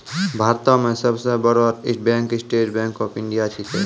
भारतो मे सब सं बड़ो bank State Bank of India छिकै